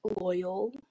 loyal